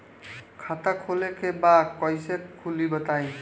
खाता खोले के बा कईसे खुली बताई?